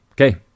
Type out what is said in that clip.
Okay